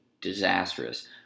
disastrous